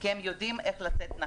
כי הם יודעים איך לצאת נכון.